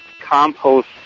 compost